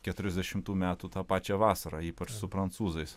keturiasdešimtų metų tą pačią vasarą ypač su prancūzais